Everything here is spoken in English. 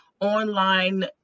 online